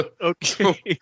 Okay